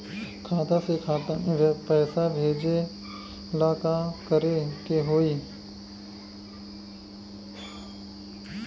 खाता से खाता मे पैसा भेजे ला का करे के होई?